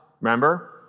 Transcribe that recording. Remember